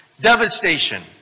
devastation